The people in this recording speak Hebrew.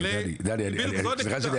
סליחה,